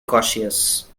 cautious